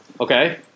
Okay